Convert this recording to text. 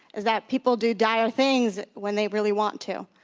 is that people do dire things when they really want to,